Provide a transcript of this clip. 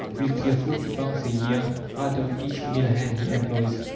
will clear forty pounds a year out of each mill-hand he employs.